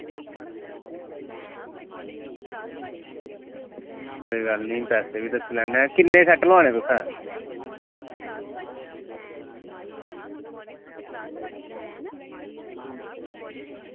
कोई गल्ल निं पैसे बी रक्खी लैन्ने आं किन्ने सैट लोआने तुसें